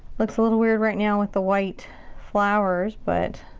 looks a little weird right now with the white flowers, but